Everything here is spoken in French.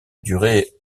duré